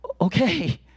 Okay